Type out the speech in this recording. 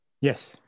Yes